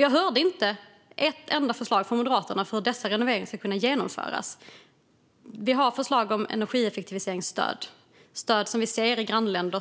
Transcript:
Jag hörde inte ett enda förslag från Moderaterna på hur dessa renoveringar ska kunna genomföras. Vi har förslag på energieffektiviseringsstöd, som vi ser fungerar väl i grannländer.